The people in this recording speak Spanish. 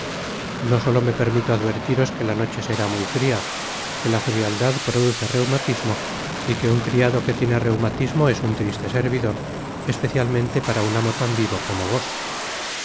no solo me permito advertiros que la noche será muy fría que la frialdad produce reumatismo y que un criado que tiene reumatismo es un triste servidor especialmente para un amo tan vivo como vos